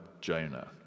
Jonah